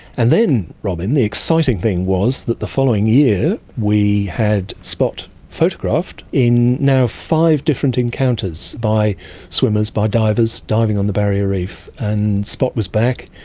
and then robyn, the exciting thing was that the following year we had spot photographed in now five different encounters, by swimmers, by divers diving on the barrier reef. and spot was back,